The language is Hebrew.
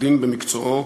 עורך-דין במקצועו,